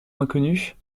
inconnues